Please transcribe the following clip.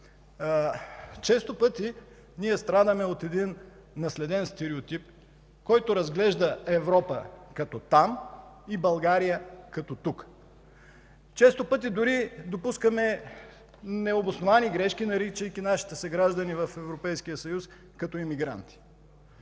Често пъти ние страдаме от един наследен стереотип, който разглежда Европа като „Там” и България като „Тук”. Често пъти дори допускаме необосновани грешки, наричайки нашите съграждани в Европейския съюз „емигранти”.